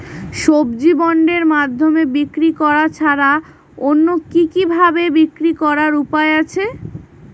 সবজি বন্ডের মাধ্যমে বিক্রি করা ছাড়া অন্য কি কি ভাবে বিক্রি করার উপায় আছে?